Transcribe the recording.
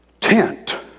tent